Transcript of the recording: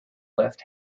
left